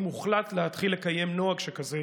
אם הוחלט להתחיל לקיים נוהג שכזה,